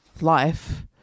life